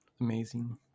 amazing